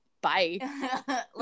bye